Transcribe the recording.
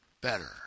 better